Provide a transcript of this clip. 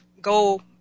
go